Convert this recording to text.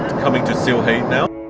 coming to sylhet now.